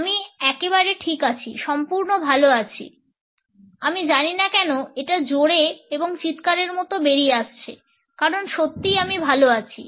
আমি একবারে ঠিক আছি সম্পূর্ণ ভালো আছি আমি জানি না কেন এটা জোরে এবং চিৎকারের মতো বেরিয়ে আসছে কারণ সত্যিই আমি ভালো আছি